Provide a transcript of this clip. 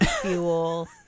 fuel